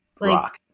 rock